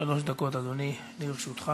דקות, אדוני, לרשותך.